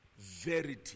Verity